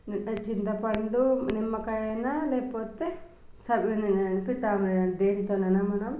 చింతపండు నిమ్మకాయ అయినా లేకపోతే సబీనా అయినా పీతాంబరి అయినా దేనితోనైనా మనం